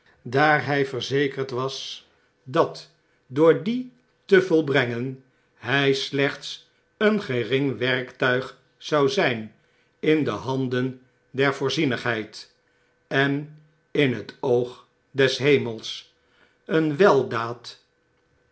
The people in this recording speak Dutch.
daar hy verzekerd was dat door die te volbrengen hy slechts een gering werktuig zou zyn in de handen der voorzienigheid en in het oog des hemels een weldaad